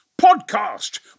Podcast